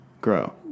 Grow